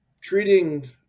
treating